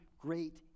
Great